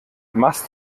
machst